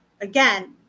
again